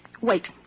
Wait